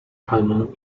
palmą